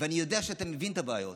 ואני יודע שאתה מבין את הבעיות.